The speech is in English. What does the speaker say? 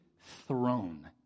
throne